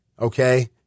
Okay